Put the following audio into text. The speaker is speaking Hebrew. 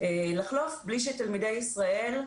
לחלוף בלי שתלמידי ישראל,